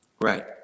Right